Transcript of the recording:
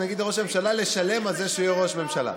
שנגיד לראש הממשלה לשלם על זה שהוא יהיה ראש ממשלה.